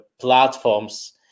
platforms